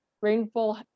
rainfall